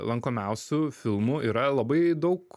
lankomiausių filmų yra labai daug